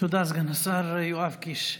תודה, סגן השר יואב קיש.